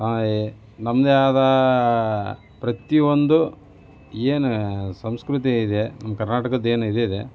ಸ ನಮ್ಮದೇ ಆದ ಪ್ರತಿಯೊಂದು ಏನು ಸಂಸ್ಕೃತಿ ಇದೆ ನಮ್ಮ ಕರ್ನಾಟಕದ್ದೇನು ಇದು ಇದೆ